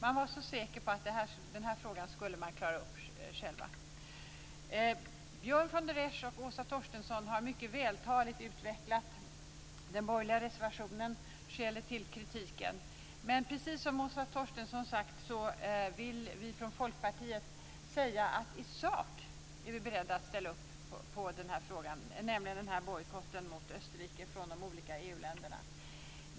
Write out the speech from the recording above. Man var så säker på att den här frågan skulle man klara upp själva. Björn von der Esch och Åsa Torstensson har mycket vältaligt utvecklat den borgerliga reservationen och skälen till kritiken. Precis som Åsa Torstensson är vi från Folkpartiet i sak beredda att ställa upp på de olika EU-ländernas bojkott mot Österrike.